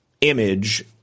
image